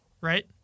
right